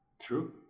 True